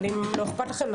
אם לא אכפת לכם,